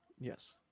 Yes